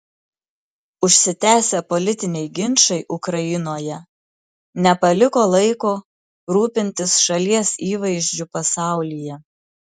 užsitęsę politiniai ginčai ukrainoje nepaliko laiko rūpintis šalies įvaizdžiu pasaulyje